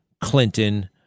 Clinton